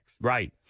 Right